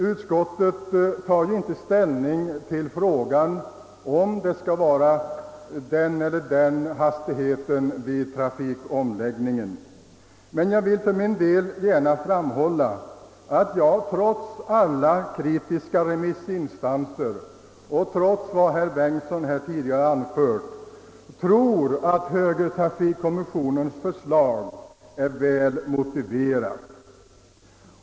Utskottet tar ju inte ställning till frågan om vi bör ha den eller den hastighetsgränsen vid trafikomläggningen. För min del vill jag dock framhålla att jag, trots alla kritiska remissyttranden och trots vad "herr Bengtson i Solna nu anförde, tror att högertrafikkommissionens förslag är väl motiverat.